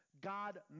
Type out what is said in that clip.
God